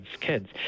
kids